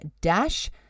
dash